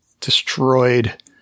destroyed